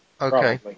Okay